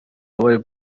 wabaye